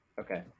Okay